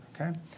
okay